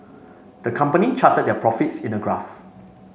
the company charted their profits in a graph